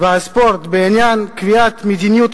והספורט בעניין קביעת מדיניות